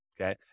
okay